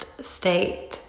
state